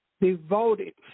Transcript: Devoted